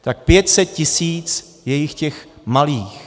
Tak 500 tisíc je jich těch malých.